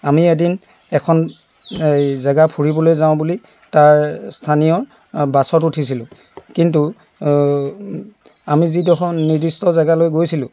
আমি এদিন এখন জেগা ফুৰিবলৈ যাওঁ বুলি তাৰ স্থানীয় বাছত উঠিছিলোঁ কিন্তু আমি যিডোখৰ নিৰ্দিষ্ট জেগালৈ গৈছিলোঁ